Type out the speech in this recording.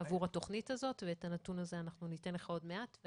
עבור התכנית הזאת, ואת הנתון הזה ניתן לך עוד מעט.